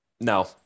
no